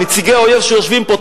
נציגי האויב שיושבים פה,